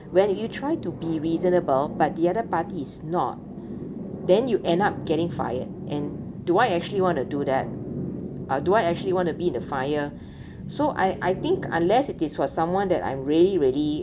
when you try to be reasonable but the other party is not then you end up getting fired and do I actually want to do that or do I actually want to be in the fire so I I think unless it is for someone that I'm really really